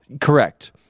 Correct